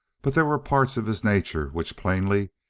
but there were parts of his nature which, plainly,